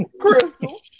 Crystal